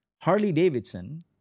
Harley-Davidson